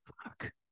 Fuck